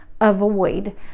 avoid